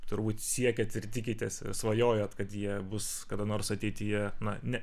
turbūt siekiat ir tikitės svajojot kad jie bus kada nors ateityje na ne